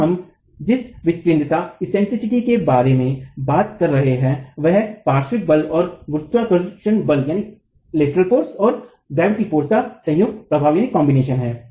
यहाँ हम जिस विकेन्द्रता के बारे में बात कर रहे हैं वह पार्श्विक बल और गुरुत्व बल का संयुक्त प्रभाव है